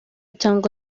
cyangwa